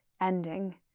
ending